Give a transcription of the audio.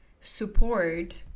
support